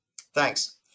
Thanks